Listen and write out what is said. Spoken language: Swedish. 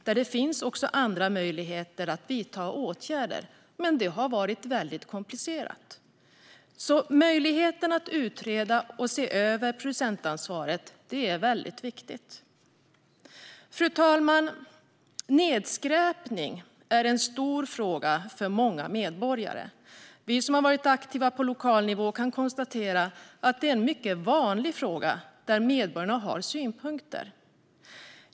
Där finns också andra möjligheter att vidta åtgärder, men det har varit väldigt komplicerat. Möjligheten att utreda och se över producentansvaret är alltså väldigt viktig. Fru talman! Nedskräpning är en stor fråga för många medborgare. Vi som har varit aktiva på lokal nivå kan konstatera att det är en mycket vanlig fråga, där medborgarna har synpunkter.